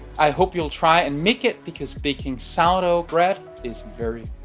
i hope you'll try and make it, because baking sourdough bread is very